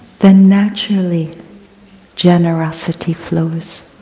then, naturally generosity flows.